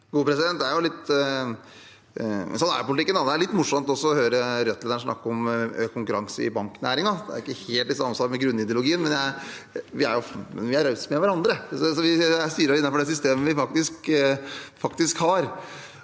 Slagsvold Vedum Sånn er politikken. Det er litt morsomt å høre Rødt-lederen snakke om økt konkurranse i banknæringen. Det er ikke helt i samsvar med grunnideologien, men vi er rause med hverandre. Vi styrer innenfor det systemet vi faktisk har.